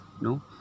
No